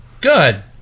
Good